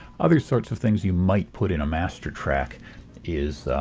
other sorts of things you might put in a master track is